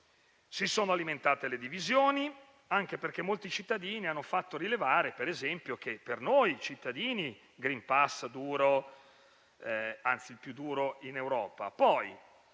Si sono alimentate le divisioni, anche perché molti cittadini hanno fatto rilevare - per esempio - che per noi cittadini c'è il *green pass* più duro d'Europa,